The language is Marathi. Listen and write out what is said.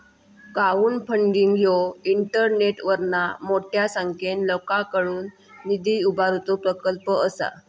क्राउडफंडिंग ह्यो इंटरनेटवरना मोठ्या संख्येन लोकांकडुन निधी उभारुचो प्रकल्प असा